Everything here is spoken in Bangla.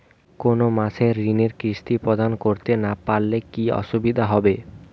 কোনো মাসে ঋণের কিস্তি প্রদান করতে না পারলে কি অসুবিধা হবে?